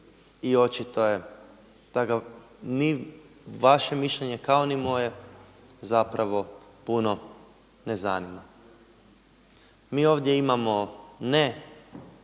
i očito je da ga ni vaše mišljenje kao ni moje zapravo puno ne zanima. Mi ovdje imamo ne